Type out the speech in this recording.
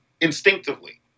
instinctively